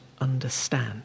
understand